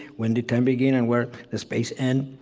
when did time begin, and where does space end?